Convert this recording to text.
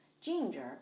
ginger